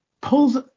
pulls